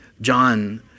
John